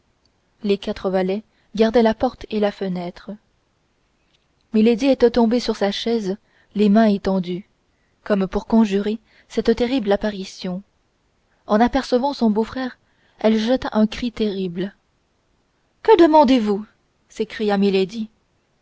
les quatre valets gardaient la porte et la fenêtre milady était tombée sur sa chaise les mains étendues comme pour conjurer cette terrible apparition en apercevant son beau-frère elle jeta un cri terrible que demandez-vous s'écria milady